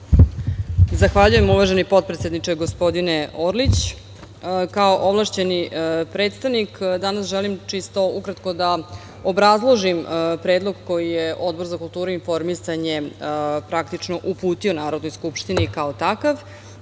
Zahvaljujem uvaženi potpredsedniče, gospodine Orlić. Kao ovlašćeni predstavnik danas želim čisto ukratko da obrazložim predlog koji je Odbor za kulturu i informisanje praktično uputio Narodnoj skupštini kao takav,